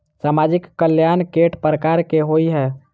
सामाजिक कल्याण केट प्रकार केँ होइ है?